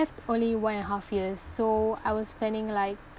have only one and a half years so I was planning like